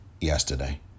yesterday